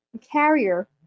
carrier